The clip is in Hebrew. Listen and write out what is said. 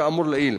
כאמור לעיל.